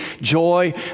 joy